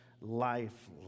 life